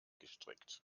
gestrickt